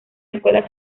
escuela